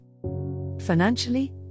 Financially